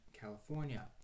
California